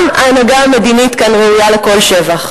גם ההנהגה המדינית כאן ראויה לכל שבח.